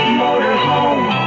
motorhome